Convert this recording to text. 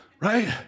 right